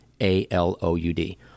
a-l-o-u-d